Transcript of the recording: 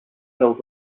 hills